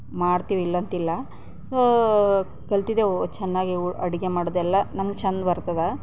ಮಾಡ್ತೀವಿ ಇಲ್ಲಂತಿಲ್ಲ ಸೊ ಕಲ್ತಿದ್ದೆವು ಚೆನ್ನಾಗೇ ಅಡುಗೆ ಮಾಡೋದೆಲ್ಲ ನಮಗೆ ಚೆಂದ ಬರ್ತದ